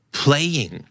playing